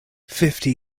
fifty